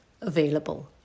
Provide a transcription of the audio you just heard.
available